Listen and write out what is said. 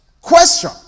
Question